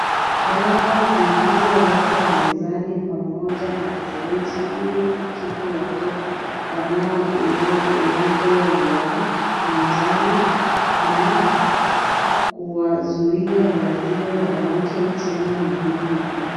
Dawa zilizowekwa mezani pamoja na sirinji ili kutibu watoto wanao ugua ugonjwa wa manjano na kuwazuia wasiwe wagonjwa tena milini mwao.